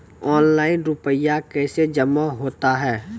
Online रुपये कैसे जमा होता हैं?